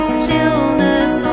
stillness